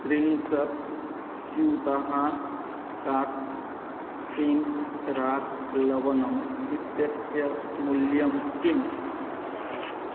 त्रिंशत् स्यूतः काच् पिङ्क् राक् लवनम् इत्यस्य मूल्यं किम्